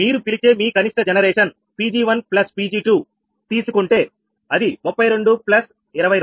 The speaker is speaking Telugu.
మీరు పిలిచే మీ కనిష్ట జనరేషన్ Pg1 Pg2 తీసుకుంటే అది 32 22